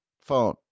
phone